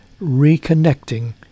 reconnecting